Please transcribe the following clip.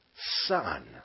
son